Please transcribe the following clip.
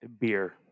beer